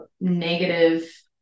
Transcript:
negative